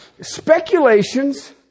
speculations